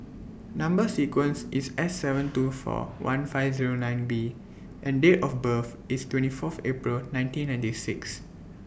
Number sequence IS S seven two four one five Zero nine B and Date of birth IS twenty Fourth April nineteen ninety six